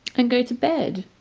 and go to bed.